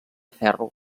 ferro